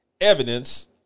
evidence